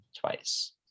twice